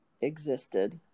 existed